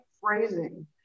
phrasing